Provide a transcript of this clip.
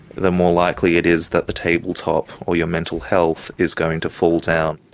the more likely it is that the tabletop or your mental health is going to fall down.